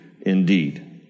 Indeed